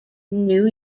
new